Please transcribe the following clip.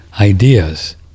ideas